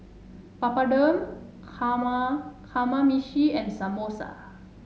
Papadum Kama Kamameshi and Samosa